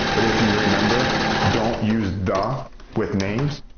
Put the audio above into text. but if you remember, don't use the with names,